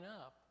up